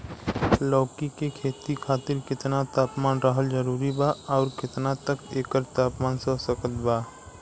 लौकी के खेती खातिर केतना तापमान रहल जरूरी बा आउर केतना तक एकर तापमान सह सकत बा?